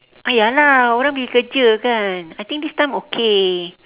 ah ya lah orang pergi kerja kan I think this time okay